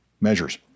measures